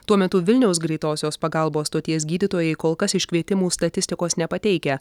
tuo metu vilniaus greitosios pagalbos stoties gydytojai kol kas iškvietimų statistikos nepateikia